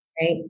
Right